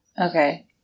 Okay